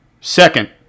second